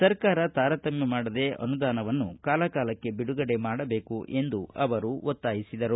ಸರ್ಕಾರ ತಾರತಮ್ಯ ಮಾಡದೆ ಅನುದಾನವನ್ನು ಕಾಲಕಾಲಕ್ಕೆ ಬಿಡುಗಡೆ ಮಾಡಬೇಕು ಎಂದು ಅವರು ಒತ್ತಾಯಿಸಿದರು